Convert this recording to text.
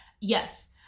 Yes